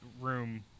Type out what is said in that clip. room